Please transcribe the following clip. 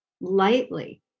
lightly